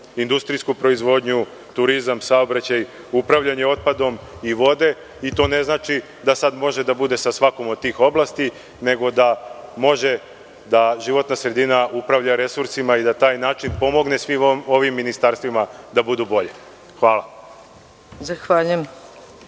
industrijsku proizvodnju, turizam, saobraćaj, upravljanje otpadom i vode. To ne znači da sada može da bude sa svakom od tih oblasti, nego da može da životna sredina upravlja resursima i da na taj način pomogne svim ovim ministarstvima da budu bolja. Hvala. **Maja